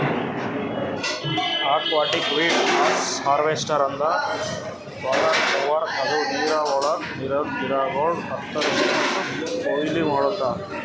aquatic weed harvester ಅಂದ್ರ water mower ಇದು ನೀರವಳಗ್ ಇರದ ಗಿಡಗೋಳು ಕತ್ತುರಸಿ ಮತ್ತ ಕೊಯ್ಲಿ ಮಾಡ್ತುದ